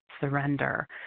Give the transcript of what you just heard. surrender